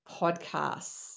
podcasts